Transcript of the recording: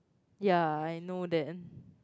ya I know that